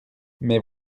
mes